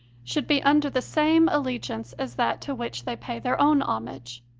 should be under the same allegiance as that to which they pay their own homage.